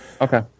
Okay